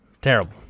terrible